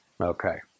Okay